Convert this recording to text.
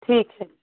ठीक है